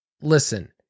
listen